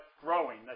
growing